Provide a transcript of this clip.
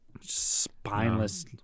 Spineless